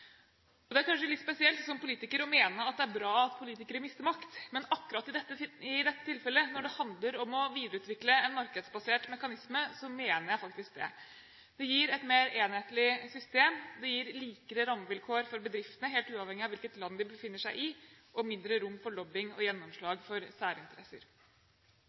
i. Det er kanskje litt spesielt som politiker å mene at det er bra at politikere mister makt, men akkurat i dette tilfellet, når det handler om å videreutvikle en markedsbasert mekanisme, mener jeg faktisk det. Det gir et mer enhetlig system, det gir likere rammevilkår for bedriftene helt uavhengig av hvilket land de befinner seg i, og mindre rom for lobbying og gjennomslag for særinteresser.